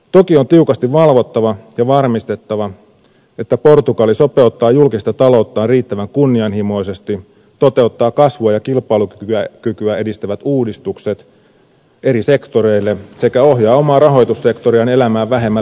toki on tiukasti valvottava ja varmistettava että portugali sopeuttaa julkista talouttaan riittävän kunnianhimoisesti toteuttaa kasvua ja kilpailukykyä edistävät uudistukset eri sektoreille sekä ohjaa omaa rahoitussektoriaan elämään vähemmän leväperäisesti